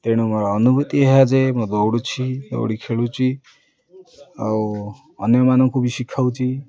ତେଣୁ ମୋର ଅନୁଭୂତି ଏହା ଯେ ମୁଁ ଦୌଡ଼ୁଛି ଦୌଡ଼ି ଖେଳୁଛି ଆଉ ଅନ୍ୟମାନଙ୍କୁ ବି ଶିଖାଉଛି